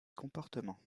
comportements